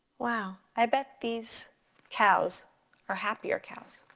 wow, i bet these cows are happier cows.